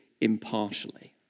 impartially